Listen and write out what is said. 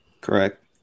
Correct